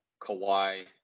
Kawhi